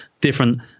different